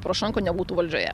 porošenka nebūtų valdžioje